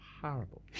Horrible